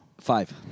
five